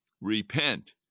repent